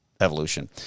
evolution